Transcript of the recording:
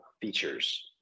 features